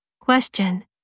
Question